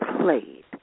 played